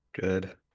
Good